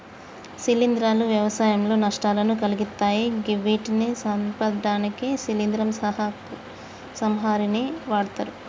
శిలీంద్రాలు వ్యవసాయంలో నష్టాలను కలిగిత్తయ్ గివ్విటిని సంపడానికి శిలీంద్ర సంహారిణిని వాడ్తరు